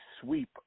sweep